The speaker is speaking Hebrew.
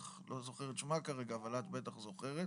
זוכר את שמה כרגע אבל את בטח זוכרת,